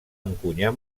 encunyar